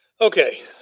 Okay